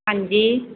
ਹਾਂਜੀ